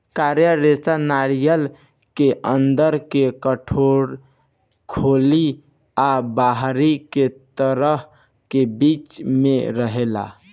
coir रेशा नारियर के अंदर के कठोर खोली आ बाहरी के सतह के बीच में रहेला